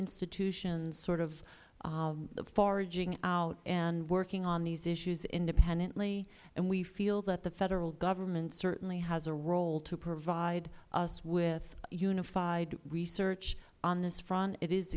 institutions sort of foraging out and working on these issues independently and we feel that the federal government certainly has a role to provide us with unified research on this